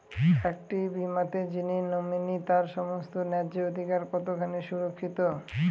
একটি বীমাতে যিনি নমিনি তার সমস্ত ন্যায্য অধিকার কতখানি সুরক্ষিত?